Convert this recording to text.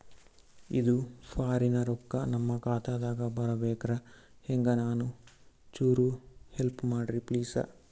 ಇದು ಫಾರಿನ ರೊಕ್ಕ ನಮ್ಮ ಖಾತಾ ದಾಗ ಬರಬೆಕ್ರ, ಹೆಂಗ ಏನು ಚುರು ಹೆಲ್ಪ ಮಾಡ್ರಿ ಪ್ಲಿಸ?